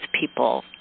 people